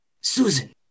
Susan